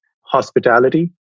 Hospitality